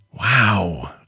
Wow